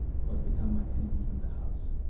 was become my enemy in the house.